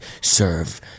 serve